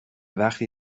وقتی